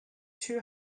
two